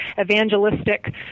evangelistic